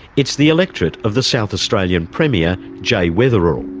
it's the electorate of the south australian premier, jay weatherill.